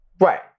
Right